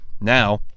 now